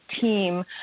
team